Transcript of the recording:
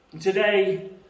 Today